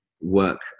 work